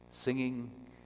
singing